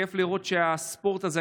כיף לראות שהספורט הזה,